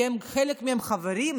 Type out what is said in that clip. כי חלק מהם חברים,